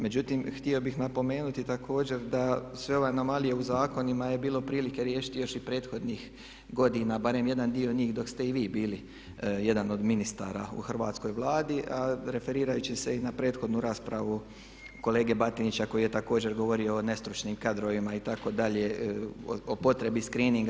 Međutim, htio bih napomenuti također da sve ove anomalije u zakonima je bilo prilike riješiti još i prethodnih godina, barem jedan dio njih dok ste i vi bili jedan od ministara u hrvatskoj Vladi, a referirajući se i na prethodnu raspravu kolege Batinića koji je također govorio o nestručnim kadrovima itd. o potrebi srcreeninga.